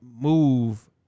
move